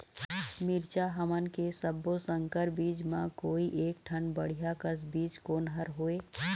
मिरचा हमन के सब्बो संकर बीज म कोई एक ठन बढ़िया कस बीज कोन हर होए?